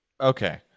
Okay